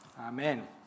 Amen